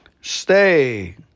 Stay